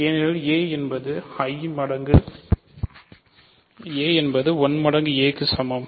ஏனெனில் a என்பது 1 மடங்குக்கு a க்கு சமம்